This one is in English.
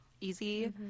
easy